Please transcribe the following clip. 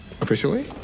Officially